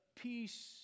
peace